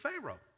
Pharaoh